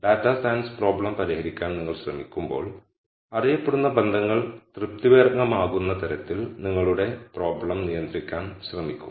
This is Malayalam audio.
ഡാറ്റാ സയൻസ് പ്രോബ്ലം പരിഹരിക്കാൻ നിങ്ങൾ ശ്രമിക്കുമ്പോൾ അറിയപ്പെടുന്ന ബന്ധങ്ങൾ തൃപ്തികരമാകുന്ന തരത്തിൽ നിങ്ങളുടെ പ്രോബ്ലം നിയന്ത്രിക്കാൻ ശ്രമിക്കും